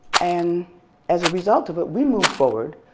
and as a result of it, we move forward,